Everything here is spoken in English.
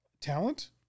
talent